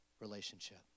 relationship